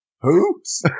hoots